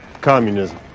communism